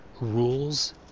rules